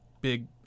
big